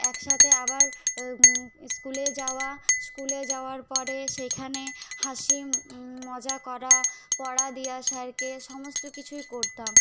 একসাথে আবার স্কুলে যাওয়া স্কুলে যাওয়ার পরে সেখানে হাসি মজা করা পড়া দিয়া আসা আর কি সমস্ত কিছুই করতাম